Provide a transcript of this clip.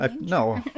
no